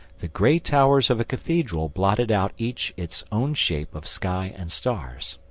the grey towers of a cathedral blotted out each its own shape of sky and stars.